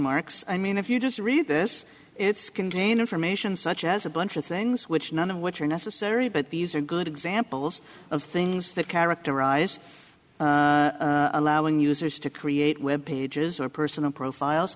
marks i mean if you just read this it's contain information such as a bunch of things which none of which are necessary but these are good examples of things that character rise allowing users to create web pages or personal profiles